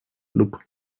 lub